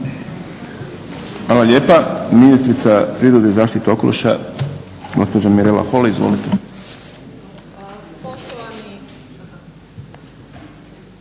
Hvala lijepa. Ministrica prirode i zaštite okoliša, gospođa Mirela Holy. Izvolite.